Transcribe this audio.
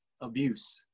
abuse